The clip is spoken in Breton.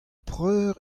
preur